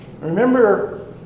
Remember